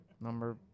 Number